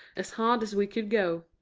as hard as we could go.